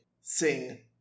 sing